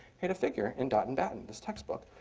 hit a figure in dott and batten, this textbook,